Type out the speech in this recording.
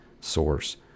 source